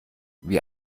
wie